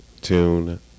tune